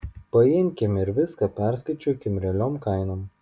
paimkim ir viską perskaičiuokim realiom kainom